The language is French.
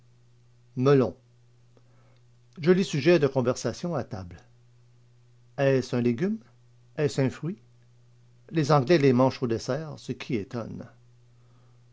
melon joli sujet de conversation à table est-ce un légume estce un fruit les anglais les mangent au dessert ce qui étonne